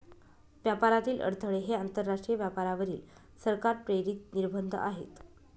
व्यापारातील अडथळे हे आंतरराष्ट्रीय व्यापारावरील सरकार प्रेरित निर्बंध आहेत